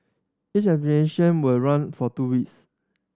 each exhibition will run for two ways